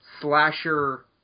slasher